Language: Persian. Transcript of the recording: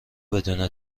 بدون